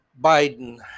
Biden